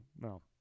no